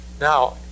now